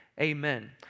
amen